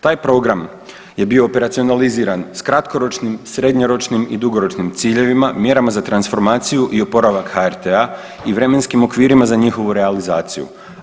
Taj program je bio operacionaliziran s kratkoročnim, srednjoročnim i dugoročnim ciljevima, mjerama za transformaciju i oporavak HRT-a i vremenskim okvirima za njihovu realizaciju.